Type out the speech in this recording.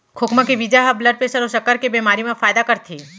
खोखमा के बीजा ह ब्लड प्रेसर अउ सक्कर के बेमारी म बने फायदा करथे